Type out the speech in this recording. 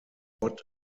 what